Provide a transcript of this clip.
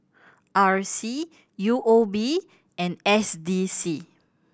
R C U O B and S D C